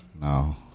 No